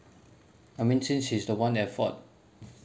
I mean since he is the one at fault